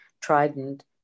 Trident